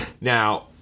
Now